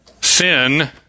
Sin